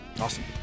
Awesome